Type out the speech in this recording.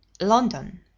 London